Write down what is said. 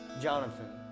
Jonathan